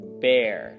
bear